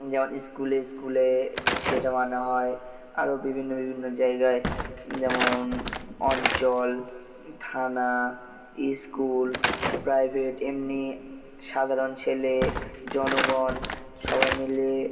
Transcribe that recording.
যেমন স্কুলে স্কুলে সেটা মানা হয় আরও বিভিন্ন বিভিন্ন জায়গায় যেমন অঞ্চল থানা স্কুল প্রাইভেট এমনি সাধারণ ছেলে জনগণ সবাই মিলে